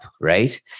right